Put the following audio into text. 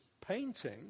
painting